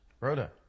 Rhoda